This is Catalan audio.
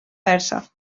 persa